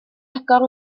agor